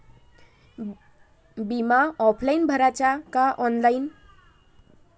बिमा ऑफलाईन भराचा का ऑनलाईन?